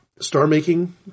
star-making